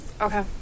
Okay